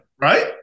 Right